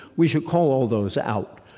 we should call all those out.